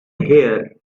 here